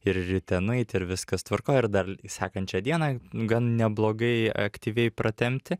ir ryte nueit ir viskas tvarkoj ir dar sekančią dieną gan neblogai aktyviai pratempti